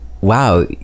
wow